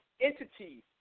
entities